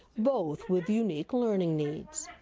both with unique learning needs.